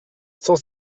cent